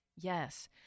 Yes